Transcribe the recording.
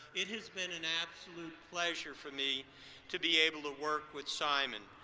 it has been an absolute pleasure for me to be able to work with simon.